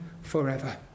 forever